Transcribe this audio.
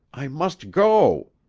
i must go.